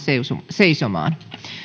seisomaan